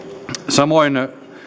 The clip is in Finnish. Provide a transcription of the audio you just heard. samoin